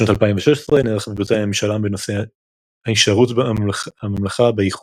בשנת 2016 נערך בבריטניה משאל עם בנושא השארות הממלכה באיחוד.